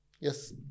yes